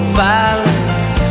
violence